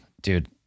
Dude